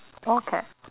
okay